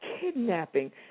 kidnapping